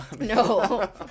No